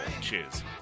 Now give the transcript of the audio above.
Cheers